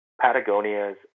Patagonia's